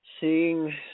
seeing